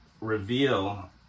reveal